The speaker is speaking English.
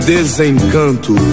desencanto